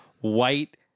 white